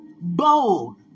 bold